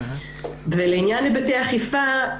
לעניין היבטי אכיפה,